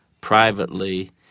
privately